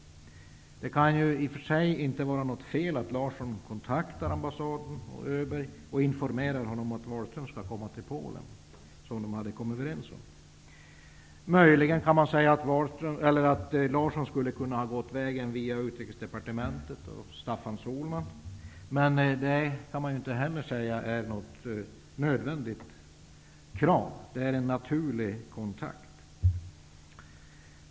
Det kan i och för sig inte vara något fel att Larsson kontaktar ambassaden och Öberg och informerar om att Wahlström skall komma till Polen, som de hade kommit överens om. Möjligen kan man säga att Larsson skulle ha kunnat gå vägen via Utrikesdepartementet och Staffan Sohlman, men det kan man inte heller säga är något nödvändigt krav. Det är en naturlig kontakt.